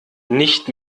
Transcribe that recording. nicht